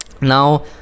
Now